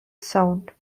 sound